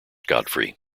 godfrey